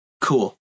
Cool